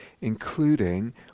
including